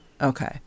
Okay